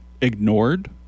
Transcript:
ignored